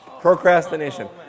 Procrastination